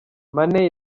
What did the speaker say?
mane